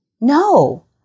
no